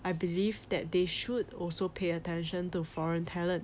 I believe that they should also pay attention to foreign talent